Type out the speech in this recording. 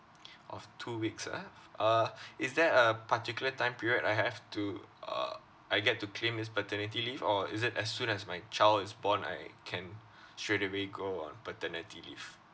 of two weeks ah uh is there a particular time period I have to uh I get to claim this paternity leave or is it as soon as my child is born I can straightaway go on paternity leave